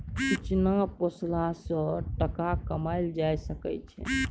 इचना पोसला सँ टका कमाएल जा सकै छै